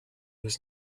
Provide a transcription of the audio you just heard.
was